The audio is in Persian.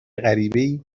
غریبهای